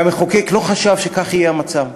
המחוקק לא חשב שכך יהיה המצב,